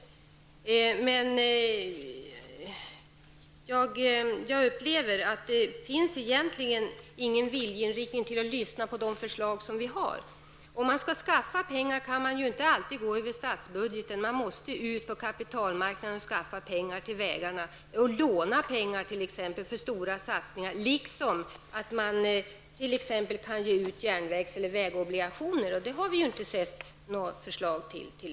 Jag upplever att det egentligen inte finns någon vilja att lyssna på de förslag som vi har. Om man skall skaffa pengar kan man ju inte alltid gå över statsbudgeten. Man måste gå ut på kapitalmarknaden för att skaffa pengar till vägarna och låna pengar för stora satsningar och t.ex. ge ut järnvägs eller vägobligationer. Detta har vi inte sett några förslag om.